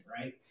right